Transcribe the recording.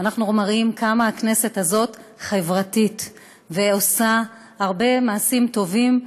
ואנחנו מראים כמה הכנסת הזאת חברתית ועושה הרבה מעשים טובים,